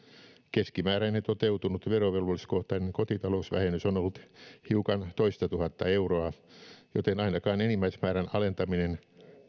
keskimääräinen toteutunut verovelvolliskohtainen kotitalousvähennys on ollut hiukan toista tuhatta euroa joten ainakaan enimmäismäärän alentaminen